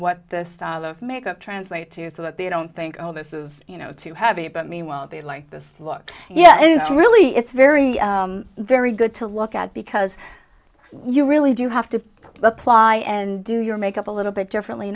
the style of makeup translate to so that they don't think oh this is you know too happy but meanwhile they like this look yeah it's really it's very very good to look at because you really do have to apply and do your makeup a little bit differently